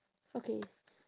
okay